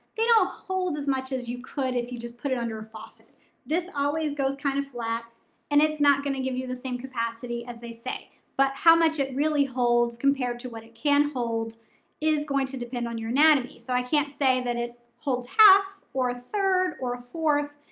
they don't hold as much as you could if you just put it under a faucet. this always goes kind of flat and it's not gonna give you the same capacity as they say but how much it really holds compared to what it can hold is going to depend on your anatomy. so i can't say that it holds half or a third or a fourth.